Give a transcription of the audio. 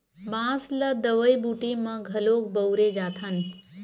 बांस ल दवई बूटी म घलोक बउरे जाथन